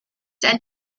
and